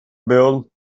build